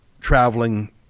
traveling